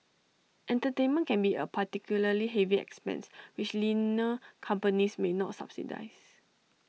entertainment can be A particularly heavy expense which leaner companies may not subsidise